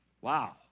Wow